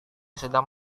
sedang